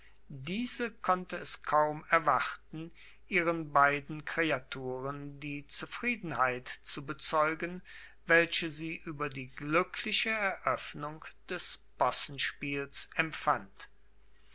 diese konnte es kaum erwarten ihren beiden kreaturen die zufriedenheit zu bezeugen welche sie über die glückliche eröffnung des possenspiels empfand